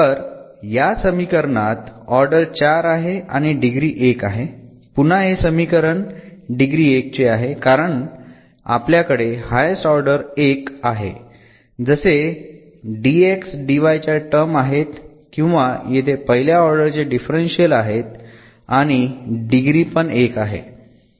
तर या समीकरणात ऑर्डर 4 आहे आणि डिग्री 1 पुन्हा हे समीकरण डिग्री 1 चे आहे कारण आपल्याकडे हायेस्ट ऑर्डर 1 आहे जसे dx dy च्या टर्म आहेत किंवा येथे पहिल्या ऑर्डर चे डिफरन्शियल्स आहेत आणि डिग्री पण 1 आहे